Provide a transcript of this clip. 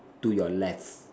to your left